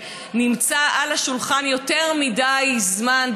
שנמצא על השולחן יותר מדי זמן,